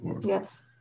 yes